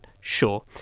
sure